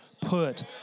put